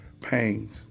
pains